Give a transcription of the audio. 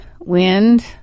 wind